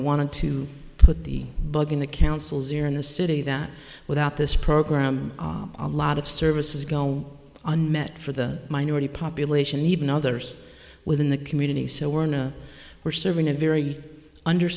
wanted to put the bug in the councils here in the city that without this program a lot of services go unmet for the minority population even others within the community so we're in a we're serving a very under